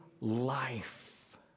life